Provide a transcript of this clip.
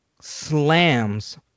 slams